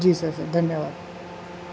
جی sir sir دھنیہ واد